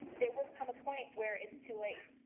there will come a point where it's too late.